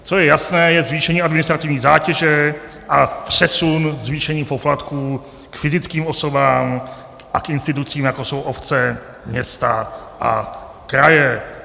Co je jasné, je zvýšení administrativní zátěže a přesun zvýšení poplatků k fyzickým osobám a k institucím, jako jsou obce, města a kraje.